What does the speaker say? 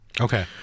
Okay